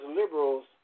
liberals